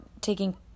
taking